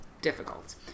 difficult